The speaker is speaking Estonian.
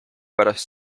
pärast